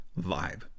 vibe